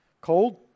Cold